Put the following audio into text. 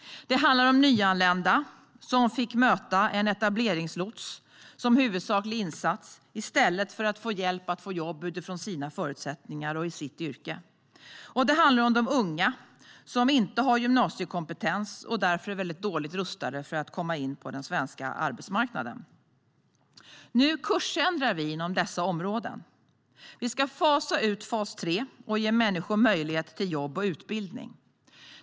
Det handlar om nyanlända som fick möta en etableringslots som huvudsaklig insats i stället för att få hjälp att få jobb utifrån sina förutsättningar och i sitt yrke. Det handlar om de unga som inte har gymnasiekompetens och därför är väldigt dåligt rustade för att komma in på den svenska arbetsmarknaden. Nu kursändrar vi inom dessa områden. Vi ska fasa ut fas 3 och ge människor möjlighet till jobb och utbildning.